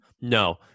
No